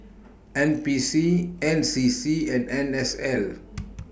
N P C N C C and N S L